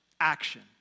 action